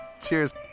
Cheers